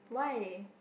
why